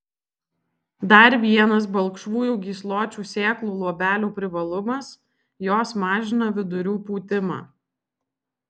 dar vienas balkšvųjų gysločių sėklų luobelių privalumas jos mažina vidurių pūtimą